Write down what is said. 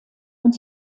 und